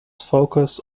focus